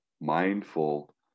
mindful